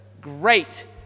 Great